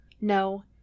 No